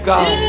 God